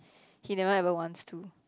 he never ever wants to